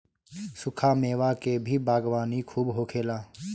सुखा मेवा के भी बागवानी खूब होखेला